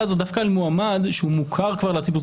הזאת דווקא על מועמד שהוא מוכר כבר לציבור.